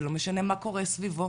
ולא משנה מה קורה סביבו,